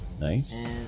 Nice